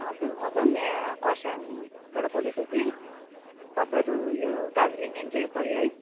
हजुर म चाहिँ यहाँ खरसाङबाट बोलेको कि तपाईँहरू यो दार्जिलिङ एनजिओ पऱ्यो है